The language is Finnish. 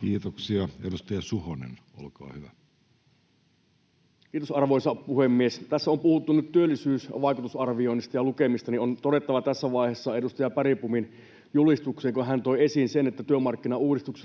Time: 16:37 Content: Kiitos, arvoisa puhemies! Tässä kun on puhuttu nyt työllisyysvaikutusarvioinneista ja ‑lukemista, niin on todettava tässä vaiheessa liittyen edustaja Bergbomin julistukseen — kun hän toi esiin sen, että työmarkkinauudistus